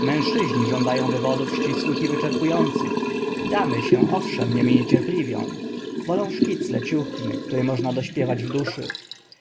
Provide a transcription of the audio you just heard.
mężczyźni żąda ą wywodów ścisłych i wyczerpu ących damy się owszem nimi niecierpliwią wolą szkic leciuchny który można dośpiewać w duszy